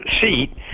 seat